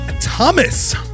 Thomas